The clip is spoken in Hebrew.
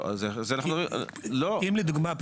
לא כתבו --- אם לדוגמא,